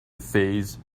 phase